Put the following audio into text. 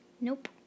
Nope